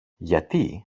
γιατί